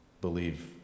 Believe